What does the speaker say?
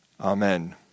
amen